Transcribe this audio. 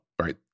right